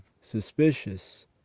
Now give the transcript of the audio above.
suspicious